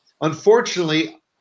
Unfortunately